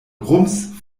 rums